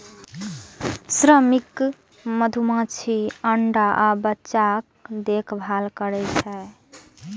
श्रमिक मधुमाछी अंडा आ बच्चाक देखभाल करै छै